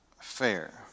fair